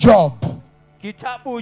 Job